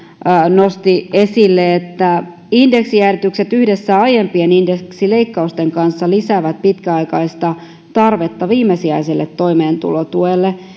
nosti esille että indeksijäädytykset yhdessä aiempien indeksileikkausten kanssa lisäävät pitkäaikaista tarvetta viimesijaiselle toimeentulotuelle